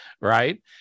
Right